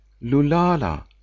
Lulala